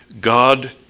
God